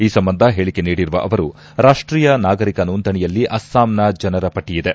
ಈ ಸಂಬಂಧ ಹೇಳಿಕೆ ನೀಡಿರುವ ಅವರು ರಾಷ್ಷೀಯ ನಾಗರಿಕ ನೊಂದಣಿಯಲ್ಲಿ ಅಸ್ತಾಂನ ಜನರ ಪಟ್ಟಯಿದೆ